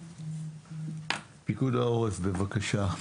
פיקוד העורף, בבקשה.